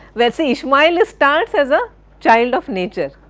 where see, ishmael starts as a child of nature,